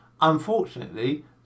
Unfortunately